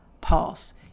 pass